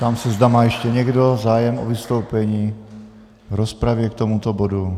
Ptám se, zda má ještě někdo zájem o vystoupení v rozpravě k tomuto bodu.